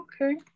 okay